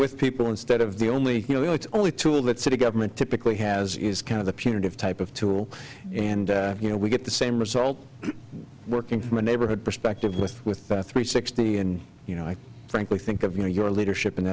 with people instead of the only you know it's only tool that city government typically has is kind of the punitive type of tool and you know we get the same result working from a neighborhood perspective with with the three sixty and you know i frankly think of you know your leadership